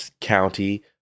county